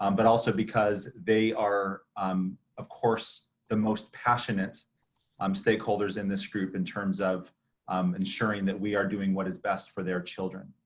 um but also because they are um of course, the most passionate um stakeholders in this group in terms of um ensuring that we are doing what is best for their children.